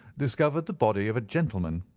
discovered the body of a gentleman,